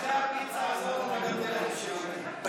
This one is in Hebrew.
אחרי הפיצה הזאת אתה גם תלך לשירותים.